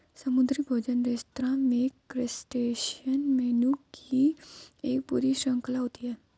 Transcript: समुद्री भोजन रेस्तरां में क्रस्टेशियन मेनू की एक पूरी श्रृंखला होती है